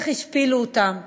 איך השפילו אותם,